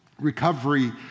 recovery